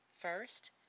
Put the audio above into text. First